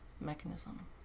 mechanism